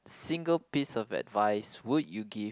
single piece of advice would you give